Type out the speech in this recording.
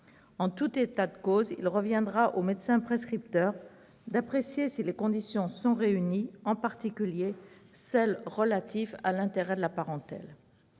En tout état de cause, il reviendra au médecin prescripteur d'apprécier si les conditions sont réunies, en particulier celle relative à l'intérêt de la parentèle.